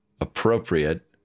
appropriate